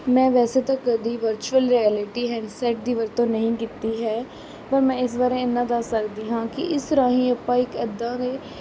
ਮੈਂ ਵੈਸੇ ਤਾਂ ਕਦੀ ਵਰਚੁਅਲ ਰਿਐਲਿਟੀ ਹੈਂਡਸੈਟ ਦੀ ਵਰਤੋਂ ਨਹੀਂ ਕੀਤੀ ਹੈ ਪਰ ਮੈਂ ਇਸ ਬਾਰੇ ਇੰਨਾਂ ਦੱਸ ਸਕਦੀ ਹਾਂ ਕਿ ਇਸ ਰਾਹੀਂ ਆਪਾਂ ਇੱਕ ਇੱਦਾਂ ਦੇ